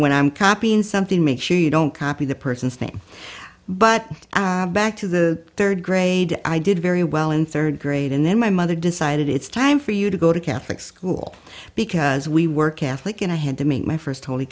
when i'm copying something make sure you don't copy the person's name but back to the third grade i did very well in third grade and then my mother decided it's time for you to go to catholic school because we were catholic and i had to make my first holy